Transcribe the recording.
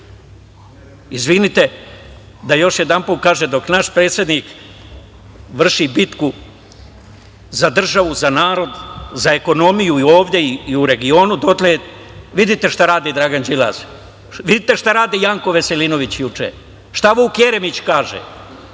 bili. Izvinite, da još jedanput kažem, dok naš predsednik vrši bitku za državu, za narod, za ekonomiju, ovde i u regionu, dotle vidite šta radi Dragan Đilas, vidite šta radi Janko Veselinović juče, šta Vuk Jeremić kaže,